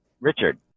Richard